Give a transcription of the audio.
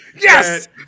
Yes